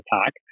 attack